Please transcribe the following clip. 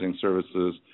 services